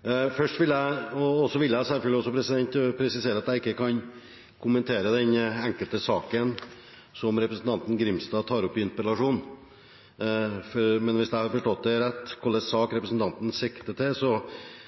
Jeg vil selvfølgelig også presisere at jeg ikke kan kommentere den enkeltsaken som representanten Grimstad tar opp i interpellasjonen. Hvis jeg har forstått rett hvilken sak representanten sikter til,